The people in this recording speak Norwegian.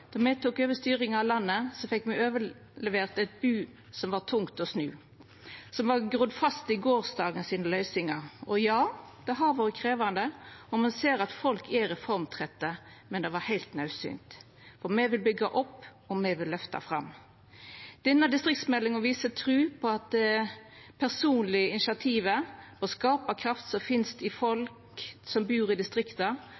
Då me tok over styringa av landet, fekk me overlevert eit bu som var tungt å snu, som var grodd fast i gårsdagens løysingar. Ja, det har vore krevjande, og me ser at folk er reformtrøytte. Men det var heilt naudsynt. Me vil byggja opp, og me vil løfta fram. Denne distriktsmeldinga viser ei tru på det personlege initiativet, på skaparkrafta som finst i